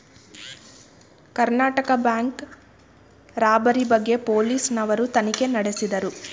Karnataka bank robbery ಬಗ್ಗೆ police ನವರು ತನಿಖೆ ನಡೆಸಿದರು